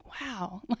wow